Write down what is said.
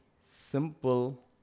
simple